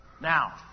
Now